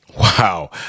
Wow